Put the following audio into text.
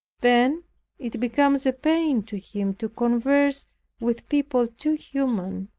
then it becomes a pain to him to converse with people too human